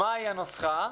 מהי הנוסחה?